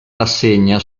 rassegna